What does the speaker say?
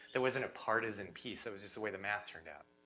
that wasn't a partisan piece. that was just the way the map turned out,